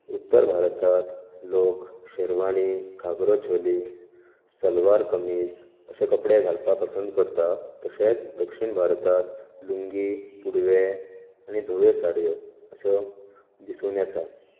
उत्तर भारतांत लोक शेरवानी घागरो चोळी सलवार कमीज अशे कपडे घालपाक पसंद करतात तशेंच दक्षीण भारतांत लुंगी पुडवें आनी धव्यो साडयो अश्यो दिसून येतात